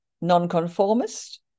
nonconformist